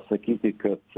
sakyti kad